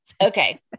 Okay